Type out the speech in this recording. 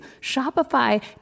Shopify